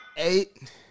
Eight